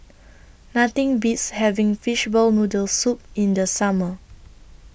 Nothing Beats having Fishball Noodle Soup in The Summer